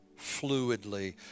fluidly